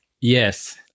yes